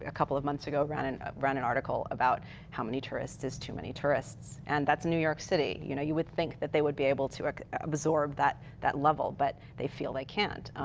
ah couple of months ago, ran an ah ran an article about how many tourists is too many tourists. and that's new york city. you know you would think that they would be able to absorb that that level. but they feel they can't.